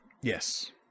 Yes